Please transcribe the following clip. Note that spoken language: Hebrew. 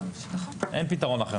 אין פתרון אחר.